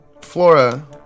Flora